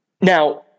now